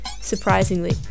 surprisingly